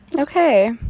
Okay